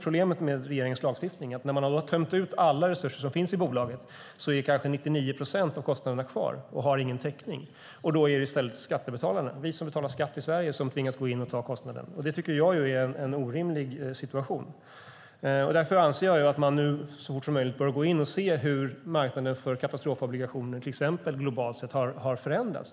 Problemet med regeringens lagstiftning är att när man har tömt ut alla resurser som finns i bolaget är kanske 99 procent av kostnaderna kvar och har ingen täckning. Då är det i stället skattebetalarna i Sverige som tvingas gå in och ta kostnaden. Det tycker jag är en orimlig situation. Därför anser jag att man nu så fort som möjligt bör gå in och se hur marknaden för till exempel katastrofobligationer globalt har förändrats.